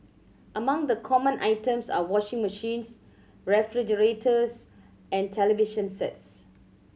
among the common items are washing machines refrigerators and television sets